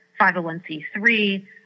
501c3